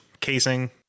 Casing